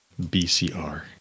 BCR